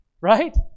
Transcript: right